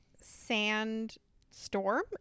Sandstorm